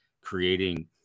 creating